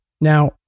Now